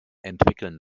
entwickeln